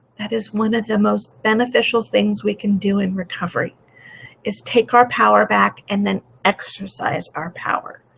that is one of the most beneficial things we can do in recovery is take our power back and then exercise our power.